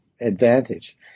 advantage